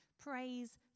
Praise